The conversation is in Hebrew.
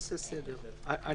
אני